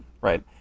Right